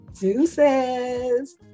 Deuces